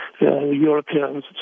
Europeans